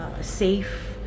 safe